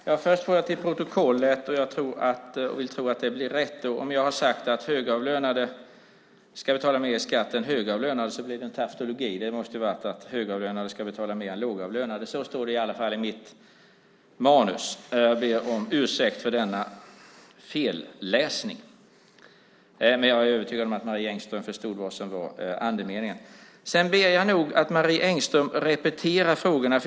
Herr talman! Först vill jag ha en sak förd till protokollet, och jag tror att det blir rätt då. Om jag har sagt att högavlönade ska betala mer i skatt än högavlönade blev det fel. Det måste vara att högavlönade ska betala mer än lågavlönade. Så står det i alla fall i mitt manus. Jag ber om ursäkt för denna felläsning, men jag är övertygad om att Marie Engström förstod vad som var andemeningen. Sedan får jag nog be Marie Engström repetera frågorna.